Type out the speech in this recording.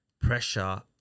pressure